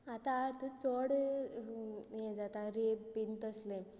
आतां आतां चड हें जाता रेप बीन तसले